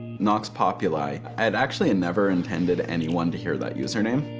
nox populi, i'd actually never intended anyone to hear that username.